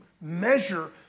measure